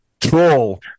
troll